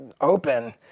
open